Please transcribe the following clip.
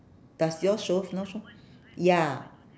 does yours show north shore ya